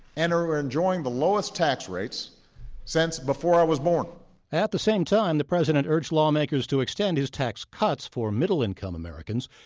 and are enjoying the lowest tax rates since before i was born at the same time, the president urged lawmakers to extend his tax cuts for middle-income americans.